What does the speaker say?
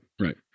right